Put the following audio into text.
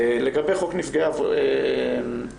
לגבי חוק נפגעי עבירה,